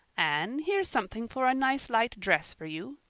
anne, here's something for a nice light dress for you.